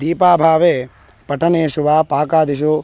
दीपाभावे पठनेषु वा पाकादिषु